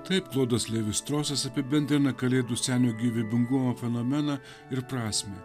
taip klodas levi strosas apibendrina kalėdų senio gyvybingumo fenomeną ir prasmę